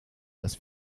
dass